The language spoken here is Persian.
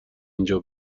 اونجا